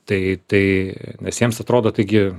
tai tai nes jiems atrodo taigi